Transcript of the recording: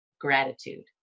Gratitude